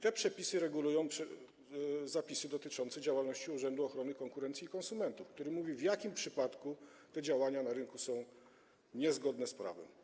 Te przepisy wprowadzają regulacje dotyczące działalności Urzędu Ochrony Konkurencji i Konsumentów, które mówią, w jakim przypadku te działania na rynku są niezgodne z prawem.